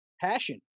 Passion